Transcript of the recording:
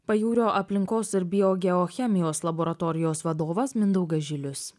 pajūrio aplinkos ir biogeochemijos laboratorijos vadovas mindaugas žilius